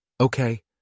Okay